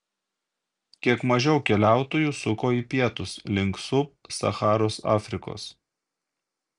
kiek mažiau keliautojų suko į pietus link sub sacharos afrikos